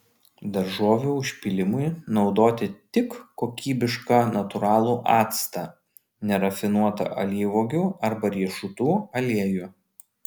daržovių užpylimui naudoti tik kokybišką natūralų actą nerafinuotą alyvuogių arba riešutų aliejų